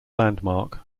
landmark